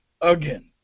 again